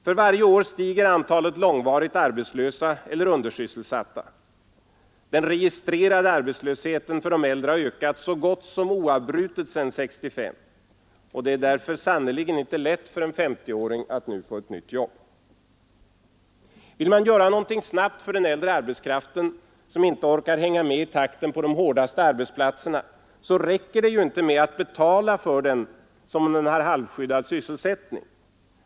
För varje år stiger antalet långvarigt arbetslösa eller undersysselsatta. Den registrerade arbetslösheten för de äldre har ökat så gott som oavbrutet sedan 1965, och det är därför sannerligen inte lätt för en 50-åring att nu få ett nytt jobb. Vill man göra någonting snabbt för den äldre arbetskraften, som inte orkar hänga med i takten på de hårdaste arbetsplatserna, då räcker det ju inte med att betala för den som har halvskyddad sysselsättning.